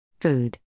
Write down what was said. Food